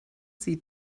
sie